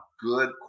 good